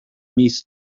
mis